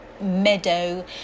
meadow